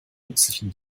nützlichen